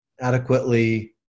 adequately